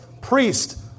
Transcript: priest